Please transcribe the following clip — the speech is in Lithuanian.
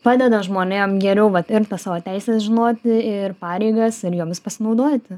padeda žmonėm geriau vat ir tas savo teises žinoti ir pareigas ir jomis pasinaudoti